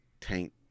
taint